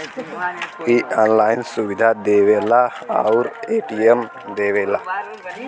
इ ऑनलाइन सुविधा देवला आउर ए.टी.एम देवला